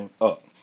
up